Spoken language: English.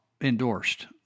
endorsed